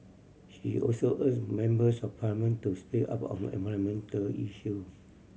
she also urges members of Parliament to speak up on environment issue